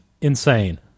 insane